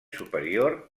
superior